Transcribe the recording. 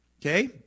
okay